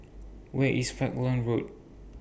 Where IS Falkland Road